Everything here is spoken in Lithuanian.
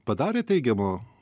padarė teigiamo